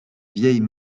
vieille